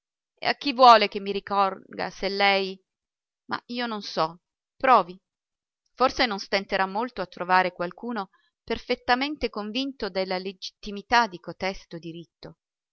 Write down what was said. e a chi vuole che mi rivolga se lei ma io non so provi forse non stenterà molto a trovarne qualcuno perfettamente convinto della legittimità di codesto diritto